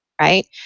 Right